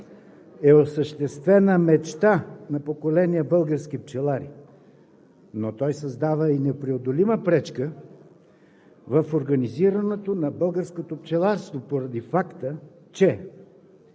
е осъществена мечта на поколения български пчелари, но той създава и непреодолима пречка в организирането на българското пчеларство, поради факта че,